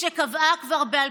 שיקרה איזה נס והם יראו את